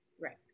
Right